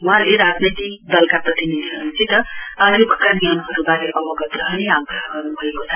वहाँले राजनैतिक दलका प्रतिनिधिहरूसित आयोगका नियमहरूबारे अवगत रहने आग्रह गर्नुभएको छ